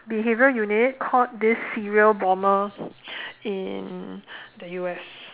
behaviour unit caught this serial bomber in the U_S